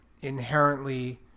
inherently